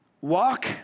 walk